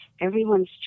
Everyone's